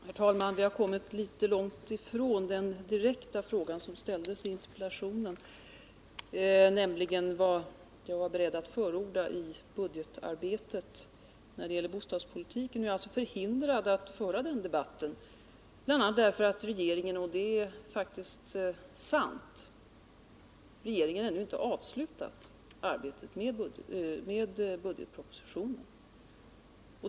Herr talman! Vi har kommit litet långt ifrån den direkta fråga som ställdes i interpellationen, nämligen vad jag är beredd att förorda i budgetarbetet när det gäller bostadspolitiken. Jag är alltså förhindrad att föra den debatten, bl.a. därför att regeringen — det är faktiskt sant — ännu inte har avslutat arbetet med budgetpropositionen.